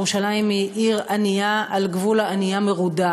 ירושלים היא עיר ענייה על גבול הענייה-מרודה.